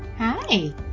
hi